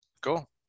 cool